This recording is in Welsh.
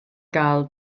gael